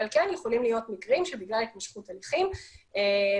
אבל כן יכולים להיות מקרים שבגלל התמשכות הליכים באמת